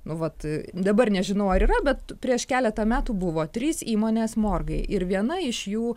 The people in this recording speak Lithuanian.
nu vat dabar nežinau ar yra bet prieš keletą metų buvo trys įmonės morgai ir viena iš jų